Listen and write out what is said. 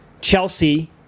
Chelsea